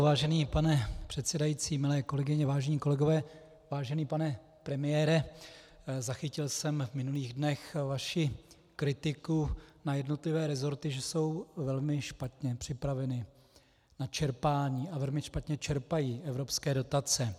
Vážený pane předsedající, milé kolegyně, vážení kolegové, vážený pane premiére, zachytil jsem v minulých dnech vaši kritiku na jednotlivé resorty, že jsou velmi špatně připraveny na čerpání a velmi špatně čerpají evropské dotace.